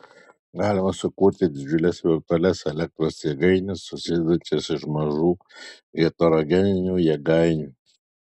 galima sukurti didžiules virtualias elektros jėgaines susidedančias iš mažų heterogeninių jėgainių